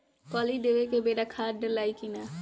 कली देवे के बेरा खाद डालाई कि न?